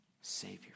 Savior